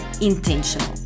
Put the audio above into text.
intentional